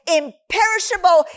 imperishable